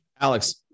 Alex